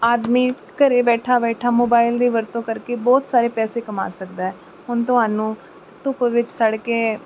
ਆਦਮੀ ਘਰੇ ਬੈਠਾ ਬੈਠਾ ਮੋਬਾਇਲ ਦੀ ਵਰਤੋਂ ਕਰਕੇ ਬਹੁਤ ਸਾਰੇ ਪੈਸੇ ਕਮਾ ਸਕਦਾ ਹੁਣ ਤੁਹਾਨੂੰ ਧੁੱਪ ਵਿੱਚ ਸੜ ਕੇ